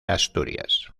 asturias